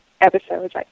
episodes